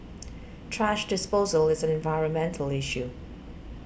thrash disposal is an environmental issue